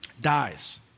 dies